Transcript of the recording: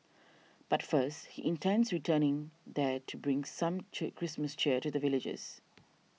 but first he intends returning there to bring some Christmas cheer to the villagers